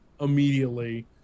immediately